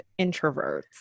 introverts